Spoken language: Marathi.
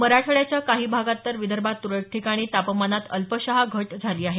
मराठवाड्याच्या काही भागात तर विदर्भात तुरळक ठिकाणी तापमानात अल्पशी घट झाली आहे